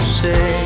say